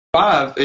five